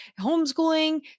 homeschooling